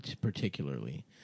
particularly